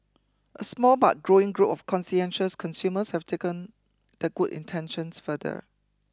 a small but growing group of conscientious consumers have taken their good intentions further